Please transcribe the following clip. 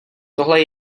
tohle